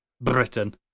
Britain